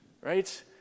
right